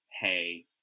Hey